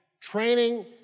training